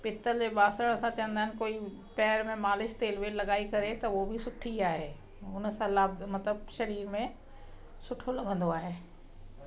पितलजे बासण सां चवंदा आहिनि कोई पेर में मालिश तेलु वेलु लॻाए करे त उहो बि सुठी आहे हुनसां लाभ मतलबु सरीर में सुठो लॻंदो आहे